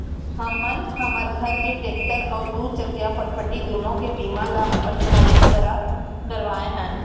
हमन हमर घर के टेक्टर अउ दूचकिया फटफटी दुनों के बीमा ल अपन भाईच करा करवाए हन